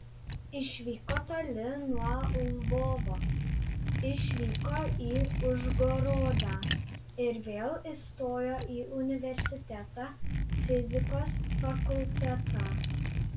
išvyko toli nuo lvovo išvyko į užgorodą ir vėl įstojo į universitetą fizikos fakultetą